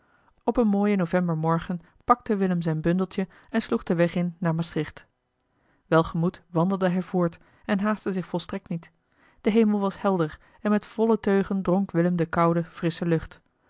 op een mooien novembermorgen pakte willem zijn bundeltje en sloeg den weg in naar maastricht welgemoed wandelde hij voort en haastte zich volstrekt niet de hemel was helder en met volle teugen dronk willem de koude frissche lucht